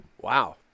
Wow